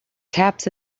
taps